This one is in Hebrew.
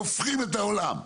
והופכים את העולם.